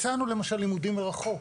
הצענו למשל לימודים מרחוק.